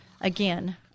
Again